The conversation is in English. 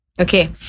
Okay